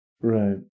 Right